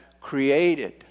created